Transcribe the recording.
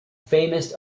famous